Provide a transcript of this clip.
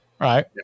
Right